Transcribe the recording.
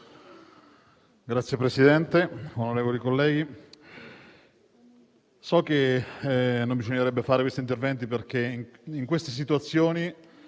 Signor Presidente, onorevoli colleghi, so che non bisognerebbe fare questi interventi, perché in situazioni